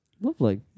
Lovely